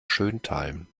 schöntal